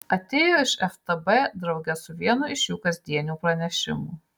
atėjo iš ftb drauge su vienu iš jų kasdienių pranešimų